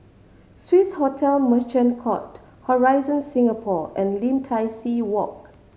Swiss Hotel Merchant Court Horizon Singapore and Lim Tai See Walk